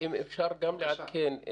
אם אפשר גם לעדכן.